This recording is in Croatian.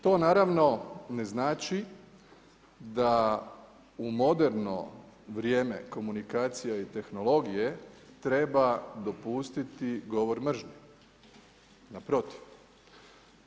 To naravno ne znači da u moderno vrijeme komunikacija i tehnologije treba dopustiti govor mržnje, naprotiv.